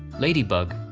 ladybug,